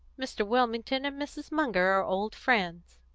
mr. wilmington and mrs. munger are old friends.